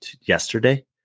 yesterday